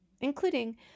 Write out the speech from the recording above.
including